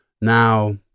Now